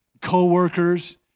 co-workers